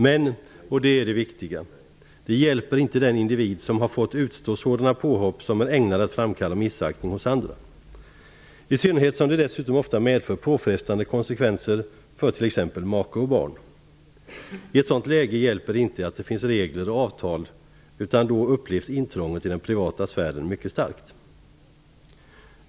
Men -- och det är det viktiga -- det hjälper inte den individ som har fått utstå påhopp som är ägnade att framkalla missaktning hos andra. I synnerhet som de dessutom ofta medför påfrestande konsekvenser för t.ex. make och barn. I ett sådant läge hjälper det inte att det finns regler och avtal. Då upplevs intrånget i den privata sfären mycket starkt.